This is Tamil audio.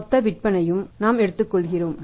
மொத்த விற்பனையையும் நாம் எடுத்துக்கொள்கிறோம்